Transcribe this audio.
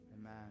amen